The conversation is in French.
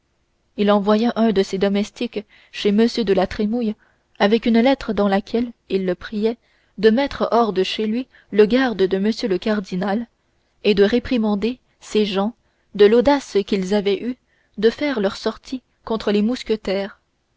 il envoya un de ses domestiques chez m de la trémouille avec une lettre dans laquelle il le priait de mettre hors de chez lui le garde de m le cardinal et de réprimander ses gens de l'audace qu'ils avaient eue de faire leur sortie contre les mousquetaires